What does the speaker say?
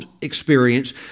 experience